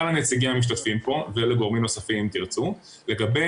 נציגי המשתתפים פה ולגורמים נוספים אם תרצו לגבי